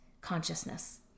consciousness